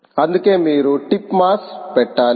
అందుకే మీరు టిప్ మాస్పెట్టాలి